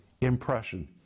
impression